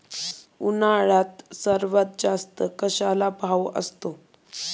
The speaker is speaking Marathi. उन्हाळ्यात सर्वात जास्त कशाला भाव असतो?